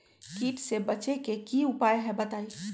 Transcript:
कीट से बचे के की उपाय हैं बताई?